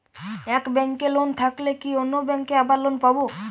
এক ব্যাঙ্কে লোন থাকলে কি অন্য ব্যাঙ্কে আবার লোন পাব?